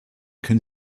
can